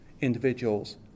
individuals